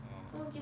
oh